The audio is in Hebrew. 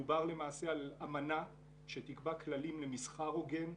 מדובר למעשה על אמנה שתקבע כללים למסחר הוגן,